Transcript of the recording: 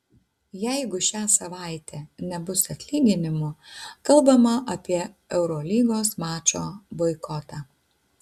jeigu šią savaitę nebus atlyginimų kalbama apie eurolygos mačo boikotą